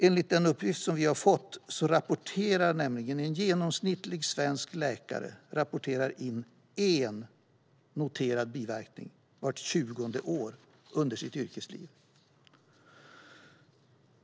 Enligt den uppgift vi har fått rapporterar nämligen en genomsnittlig svensk läkare in en enda noterad biverkning vart 20:e år under sitt yrkesliv.